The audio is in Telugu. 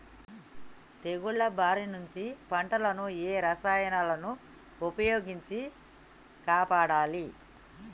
తెగుళ్ల బారి నుంచి పంటలను ఏ రసాయనాలను ఉపయోగించి కాపాడాలి?